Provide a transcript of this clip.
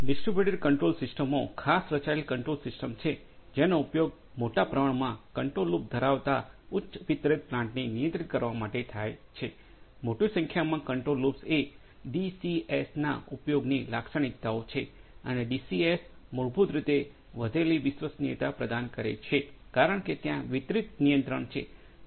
distributed control સિસ્ટમો ખાસ રચાયેલ કંટ્રોલ સિસ્ટમ્સ છે જેનો ઉપયોગ મોટા પ્રમાણમાં કંટ્રોલ લૂપ ધરાવતા ઉચ્ચ વિતરિત પ્લાન્ટ્સને નિયંત્રિત કરવા માટે થાય છે મોટી સંખ્યામાં કંટ્રોલ લૂપ્સ એ ડીસીએસના ઉપયોગની લાક્ષણિકતાઓ છે અને ડીસીએસ મૂળભૂત રીતે વધેલી વિશ્વસનીયતા પ્રદાન કરે છે કારણ કે ત્યાં વિતરિત નિયંત્રણ છે